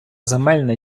земельна